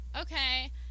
okay